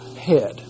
head